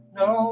no